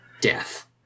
Death